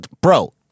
bro